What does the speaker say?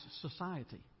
society